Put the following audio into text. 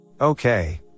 okay